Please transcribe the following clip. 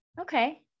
Okay